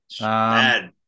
Bad